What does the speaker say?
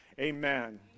Amen